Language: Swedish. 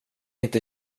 inte